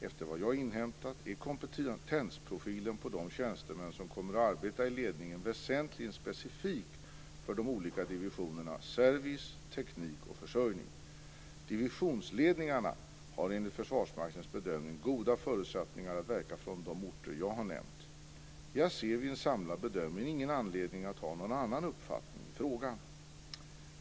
Efter vad jag har inhämtat är kompetensprofilen på de tjänstemän som kommer att arbeta i ledningen väsentligen specifik för de olika divisionerna service, teknik och försörjning. Divisionsledningarna har enligt Försvarsmaktens bedömning goda förutsättningar att verka från de orter jag har nämnt. Jag ser vid en samlad bedömning ingen anledning att ha någon annan uppfattning i frågan.